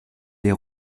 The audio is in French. des